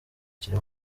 kiri